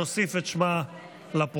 נוסיף את שמה לפרוטוקול,